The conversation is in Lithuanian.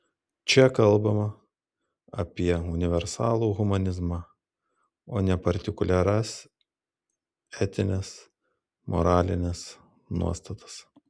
čia kalbama apie universalų humanizmą o ne partikuliaras etines moralines nuostatas